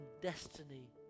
destiny